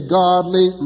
godly